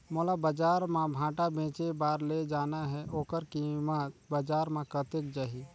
मोला बजार मां भांटा बेचे बार ले जाना हे ओकर कीमत बजार मां कतेक जाही?